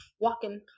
Walking